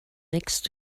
next